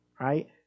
right